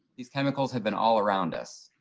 these chemicals have been all around us.